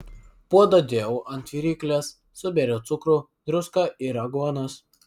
puodą dėjau ant viryklės subėriau cukrų druską ir aguonas